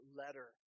letter